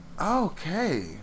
Okay